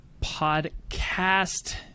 Podcast